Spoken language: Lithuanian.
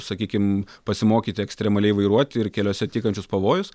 sakykim pasimokyti ekstremaliai vairuoti ir keliuose tykančius pavojus